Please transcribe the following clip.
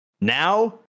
Now